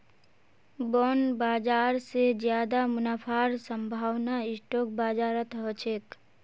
bond बाजार स ज्यादा मुनाफार संभावना स्टॉक बाजारत ह छेक